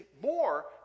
more